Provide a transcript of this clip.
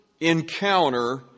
encounter